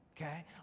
Okay